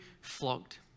flogged